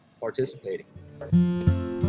participating